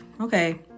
okay